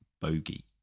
bogey